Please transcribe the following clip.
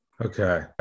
Okay